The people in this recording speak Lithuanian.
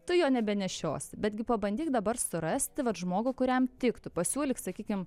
tu jo nebenešiosi betgi pabandyk dabar surasti vat žmogų kuriam tiktų pasiūlyk sakykim